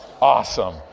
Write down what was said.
Awesome